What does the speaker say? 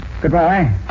Goodbye